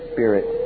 Spirit